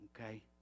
Okay